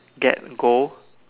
get gold